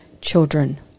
children